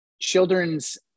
children's